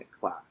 class